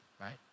right